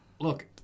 Look